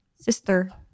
sister